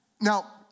Now